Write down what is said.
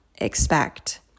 expect